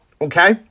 Okay